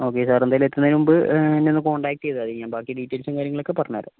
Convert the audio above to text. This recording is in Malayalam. ഓക്കേ സാർ എന്തായാലും എത്തുന്നതിനുമുമ്പ് എന്നെയൊന്നു കോൺടാക്ട് ചെയ്താൽ മതി ഡീറ്റൈൽസും കാര്യങ്ങളുമൊക്കെ പറഞ്ഞുതരാം